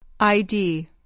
ID